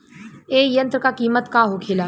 ए यंत्र का कीमत का होखेला?